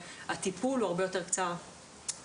הטיפול הוא הרבה יותר קצר מועד,